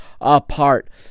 apart